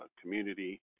community